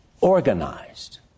organized